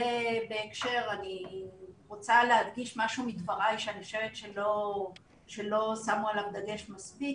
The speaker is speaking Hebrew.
אני רוצה להדגיש משהו מדבריי שאני חושבת שלא שמו עליו דגש מספיק,